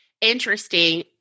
interesting